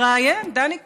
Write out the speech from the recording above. המראיין, דני קושמרו,